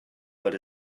but